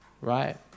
right